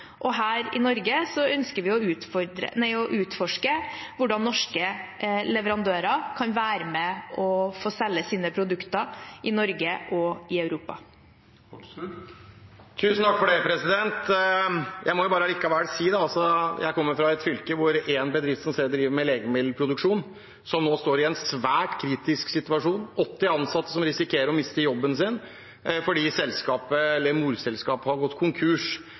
i Norge ønsker vi å utforske hvordan norske leverandører kan være med og selge sine produkter i Norge og i Europa. Jeg kommer fra et fylke hvor det er en bedrift som driver med legemiddelproduksjon, som nå står i en svært kritisk situasjon. 80 ansatte risikerer å miste jobben sin fordi morselskapet har gått konkurs.